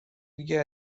دیگه